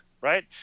right